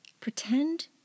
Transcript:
Pretend